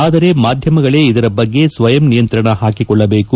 ಆದರೆ ಮಾಧ್ಯಮಗಳೇ ಇದರ ಬಗ್ಗೆ ಸ್ವಯಂ ನಿಯಂತ್ರಣ ಹಾಕಿಕೊಳ್ಳಬೇಕು